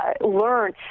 learn